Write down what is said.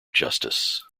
justice